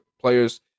players